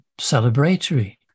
celebratory